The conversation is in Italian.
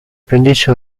pendici